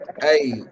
hey